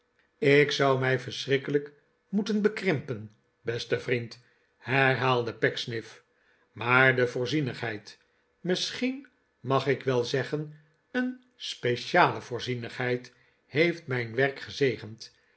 ik zou mij verschrikkelijk moeten bekrimpen beste vriend herhaalde pecksniff maar de voorzienigheid misschien mag ik wel zeggen een speciale voorzienigheid heeft mijn werk gezegend